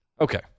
Okay